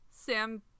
Sam